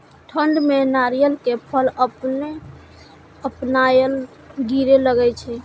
ठंड में नारियल के फल अपने अपनायल गिरे लगए छे?